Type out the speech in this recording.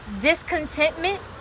discontentment